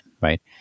right